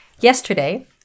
Yesterday